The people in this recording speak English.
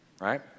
right